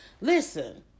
Listen